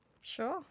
Sure